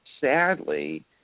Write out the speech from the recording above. sadly